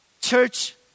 Church